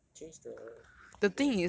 change the pee bag